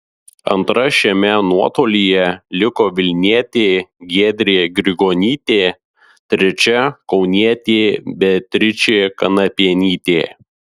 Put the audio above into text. antra šiame nuotolyje liko vilnietė giedrė grigonytė trečia kaunietė beatričė kanapienytė